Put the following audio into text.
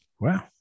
Wow